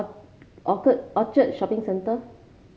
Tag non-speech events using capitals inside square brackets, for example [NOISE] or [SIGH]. [UNINTELLIGIBLE] Orchard Shopping Centre